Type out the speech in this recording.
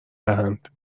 دهند